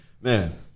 Man